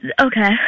Okay